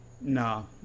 No